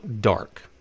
dark